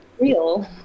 real